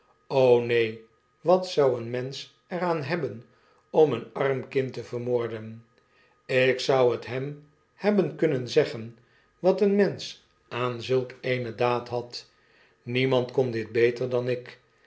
neenl wat zou een mensch er aan hebben om een arm kind te vermoorden ik zou het hem hebben kunnen zeggen wat een mensch aan zulk eene daad had niemand kon dit beter dan ik